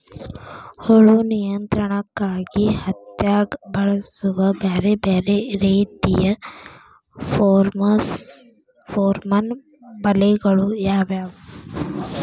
ಹುಳು ನಿಯಂತ್ರಣಕ್ಕಾಗಿ ಹತ್ತ್ಯಾಗ್ ಬಳಸುವ ಬ್ಯಾರೆ ಬ್ಯಾರೆ ರೇತಿಯ ಪೋರ್ಮನ್ ಬಲೆಗಳು ಯಾವ್ಯಾವ್?